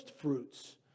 fruits